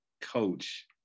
coach